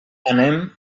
anem